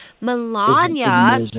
Melania